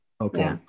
okay